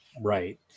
right